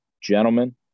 Gentlemen